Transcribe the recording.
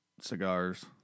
cigars